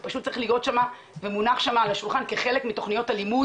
זה פשוט צריך להיות מונח שם על השולחן כחלק מתוכניות הלימוד,